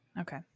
Okay